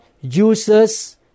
uses